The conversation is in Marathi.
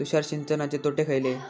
तुषार सिंचनाचे तोटे खयले?